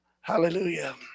Hallelujah